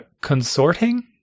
consorting